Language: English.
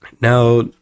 now